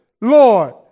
Lord